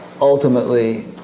ultimately